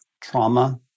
trauma